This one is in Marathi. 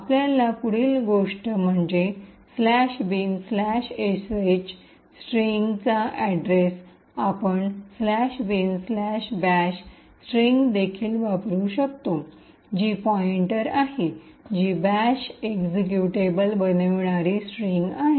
आपल्याला पुढील गोष्ट म्हणजे " bin sh" "स्ट्रिंगचाअड्रेस आपण" bin bash "" स्ट्रिंग देखील वापरू शकतो जी पॉईंटर आहे जी बॅश एक्झिक्युटेबल बनविणारी स्ट्रिंग आहे